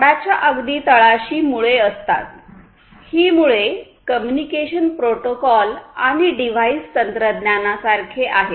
झाडाच्या अगदी तळाशी मुळे असतात ही मुळे कम्युनिकेशन प्रोटोकॉल आणि डिव्हाइस तंत्रज्ञानासारखे आहेत